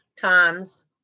times